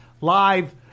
live